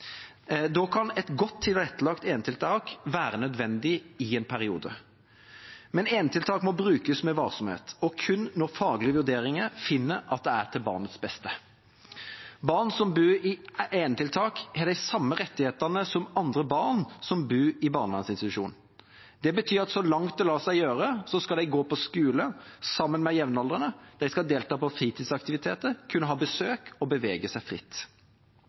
Da kan et godt tilrettelagt enetiltak være nødvendig i en periode. Men enetiltak må brukes med varsomhet og kun når faglige vurderinger finner at det er til barnets beste. Barn som bor i enetiltak, har de samme rettighetene som andre barn som bor i barnevernsinstitusjon. Det betyr at så langt det lar seg gjøre, skal de gå på skole sammen med jevnaldrende, de skal delta på fritidsaktiviteter, kunne ha besøk og bevege seg fritt.